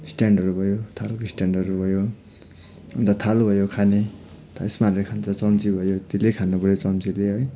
स्ट्यान्डहरू भयो थालको स्ट्यान्डहरू भयो अन्त थाल भयो खाने अन्त यसमा हालेर खान्छ चम्ची भयो त्यसले खानुपर्यो चम्चीले है